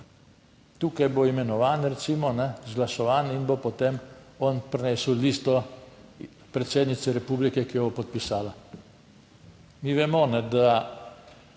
tukaj, bo imenovan recimo, izglasovan in bo potem on prinesel listo predsednici republike, ki jo bo podpisala. Mi vemo, da